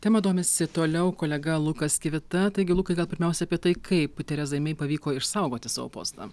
tema domisi toliau kolega lukas kivita taigi lukai gal pirmiausia apie tai kaip terezai mei pavyko išsaugoti savo postą